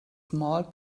small